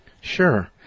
Sure